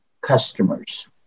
customers